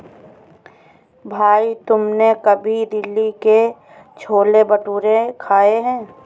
भाई तुमने कभी दिल्ली के छोले भटूरे खाए हैं?